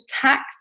tax